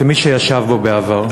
כמי שישב בו בעבר.